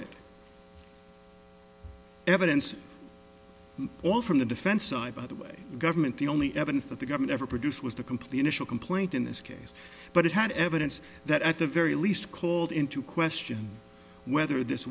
it evidence from the defense side by the way government the only evidence that the government ever produced was the complete initial complaint in this case but it had evidence that at the very least called into question whether this